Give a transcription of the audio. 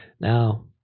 Now